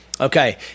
okay